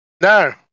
No